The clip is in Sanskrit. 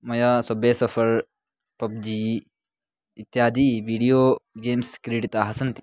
मया सब्वे सफ़र् पब्जी इत्यादी वीडियो गेम्स् क्रीडिताः सन्ति